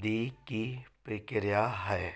ਦੀ ਕੀ ਪ੍ਰਕਿਰਿਆ ਹੈ